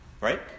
right